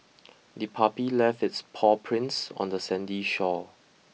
the puppy left its paw prints on the sandy shore